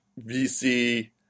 VC